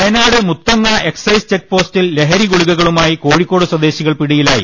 Wayanad Muthanga excise ചെക്പോസ്റ്റിൽ ലഹരി ഗുളികകളുമായി കോഴിക്കോട് സ്വദേശികൾ പിടിയിലായി